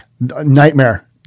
Nightmare